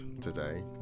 today